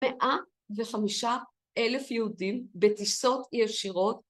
מאה וחמישה אלף יהודים בטיסות ישירות